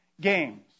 games